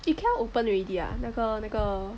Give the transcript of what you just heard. Ikea open already ah 那个那个